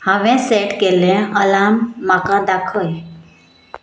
हांवे सेट केल्ले अलार्म म्हाका दाखय